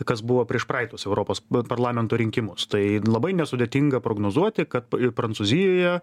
kas buvo prieš praeitus europos parlamento rinkimus tai labai nesudėtinga prognozuoti kad prancūzijoje